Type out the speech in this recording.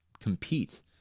compete